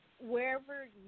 wherever